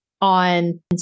on